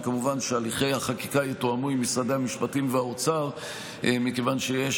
וכמובן שהליכי החקיקה יתואמו עם משרדי המשפטים והאוצר מכיוון שיש,